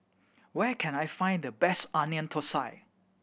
where can I find the best Onion Thosai